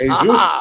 Jesus